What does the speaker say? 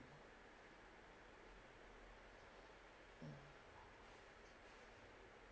mm